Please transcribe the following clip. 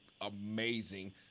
amazing –